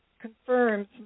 confirms